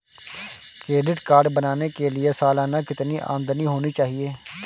Credit card बनाने के लिए सालाना कितनी आमदनी होनी चाहिए?